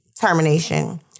termination